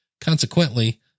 Consequently